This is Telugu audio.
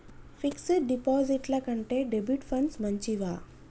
ఫిక్స్ డ్ డిపాజిట్ల కంటే డెబిట్ ఫండ్స్ మంచివా?